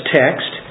text